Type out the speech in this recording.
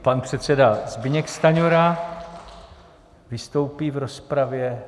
Pan předseda Zbyněk Stanjura vystoupí v rozpravě.